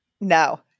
no